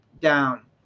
down